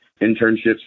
internships